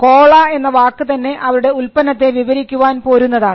കോള എന്ന വാക്ക് തന്നെ അവരുടെ ഉൽപ്പന്നത്തെ വിവരിക്കാൻ പോരുന്നതാണ്